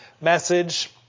message